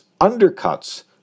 undercuts